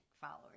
followers